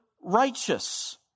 righteous